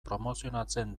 promozionatzen